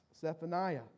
Zephaniah